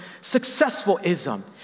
successful-ism